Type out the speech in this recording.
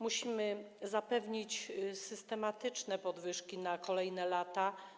Musimy zapewnić systematyczne podwyżki na kolejne lata.